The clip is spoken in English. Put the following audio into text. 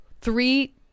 Three